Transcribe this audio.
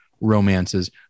romances